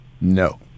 No